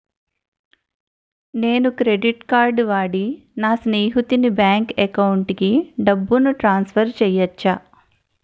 నేను credit card వాడి నా స్నేహితుని బ్యాంక్ అకౌంట్ కి డబ్బును ట్రాన్సఫర్ చేయచ్చా?